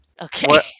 Okay